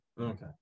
Okay